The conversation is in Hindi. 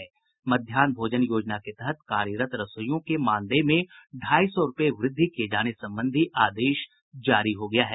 मध्याह्न भोजन योजना के तहत कार्यरत रसोईयों के मानदेय में ढाई सौ रूपये वृद्धि किये जाने संबंधी आदेश जारी हो गया है